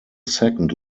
second